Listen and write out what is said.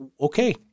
okay